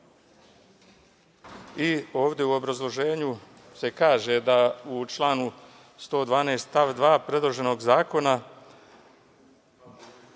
Ovde u obrazloženju se kaže da u članu 112. stav 2. predloženog zakona,